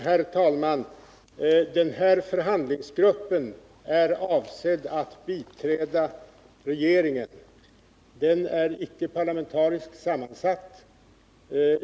Herr talman! Förhandlingsgruppen är avsedd att biträda regeringen, och den är icke parlamentariskt sammansatt.